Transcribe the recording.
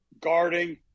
guarding